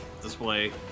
display